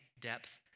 depth